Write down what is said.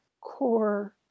core